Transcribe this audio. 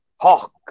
Hawk